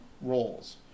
roles